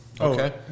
Okay